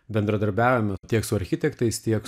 bendradarbiaujame tiek su architektais tiek